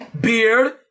Beard